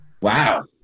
Wow